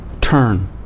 Turn